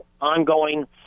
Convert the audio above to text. ongoing